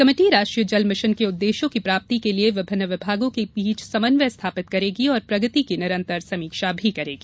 यह कमेटी राष्ट्रीय जल मिशन के उद्देश्यों की प्राप्ति के लिये विभिन्न विभागों के बीच समन्वय स्थापित करेगी और प्रगति की निरंतर समीक्षा भी करेगी